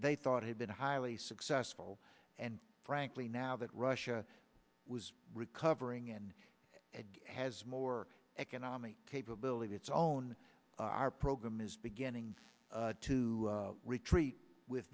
they thought had been highly successful and frankly now that russia was recovering and has more economic capability its own our program is beginning to retreat with